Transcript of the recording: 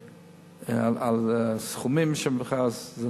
הסכומים של המכרז,